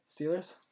Steelers